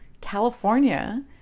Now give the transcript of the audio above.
California